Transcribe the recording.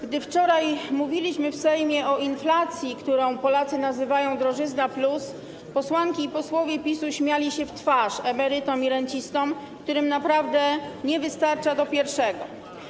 Gdy wczoraj mówiliśmy w Sejmie o inflacji, którą Polacy nazywają drożyzna+, posłanki i posłowie PiS-u śmiali się w twarz emerytom i rencistom, którym naprawdę nie wystarcza do pierwszego.